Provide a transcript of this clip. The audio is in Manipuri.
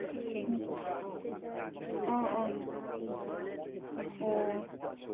ꯎꯝ ꯑꯣ ꯑꯣ ꯑꯣ